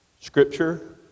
Scripture